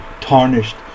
tarnished